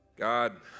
God